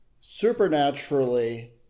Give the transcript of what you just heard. Supernaturally